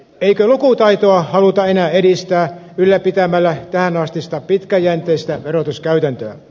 eikö lukutaitoa haluta enää edistää ylläpitämällä tähänastista pitkäjänteistä verotuskäytäntöä